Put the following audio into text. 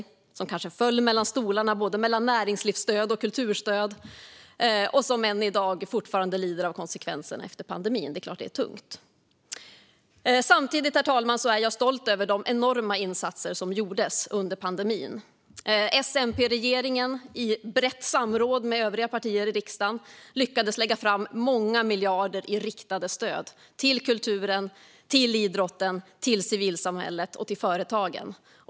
Det är sådana som kanske föll mellan stolarna - när det gäller både näringslivsstöd och kulturstöd - och som än i dag fortfarande lider av konsekvenserna av pandemin. Det är klart att det är tungt. Samtidigt, herr talman, är jag stolt över de enorma insatser som gjordes under pandemin. S-MP-regeringen lyckades i brett samråd med övriga partier i riksdagen lägga fram många miljarder i riktade stöd till kulturen, till idrotten, till civilsamhället och till företagen.